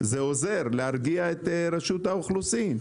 זה עוזר להרגיע את רשות האוכלוסין.